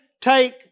take